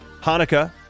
Hanukkah